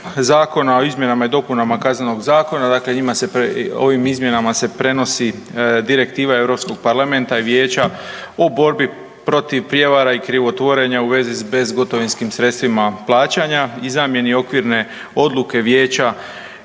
Zakona o izmjenama i dopunama Kaznenog zakona, dakle njima se, ovim izmjenama se prenosi Direktiva EU Parlamenta i Vijeća o borbi protiv prijevara i krivotvorenja u vezi s bezgotovinskim sredstvima plaćanja i zamjeni Okvirne odluke Vijeća